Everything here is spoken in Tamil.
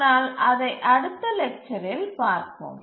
ஆனால் அதை அடுத்த லெக்சரில் பார்ப்போம்